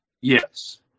Yes